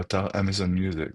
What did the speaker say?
באתר אמזון מיוזיק